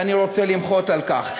ואני רוצה למחות על כך.